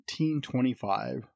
1925